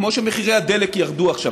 כמו שמחירי הדלק ירדו עכשיו,